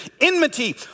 enmity